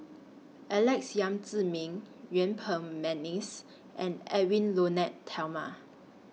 Alex Yam Ziming Yuen Peng Mcneice and Edwy Lyonet Talma